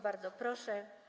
Bardzo proszę.